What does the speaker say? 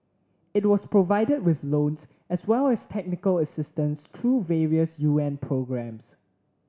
it was provided with loans as well as technical assistance through various UN programmes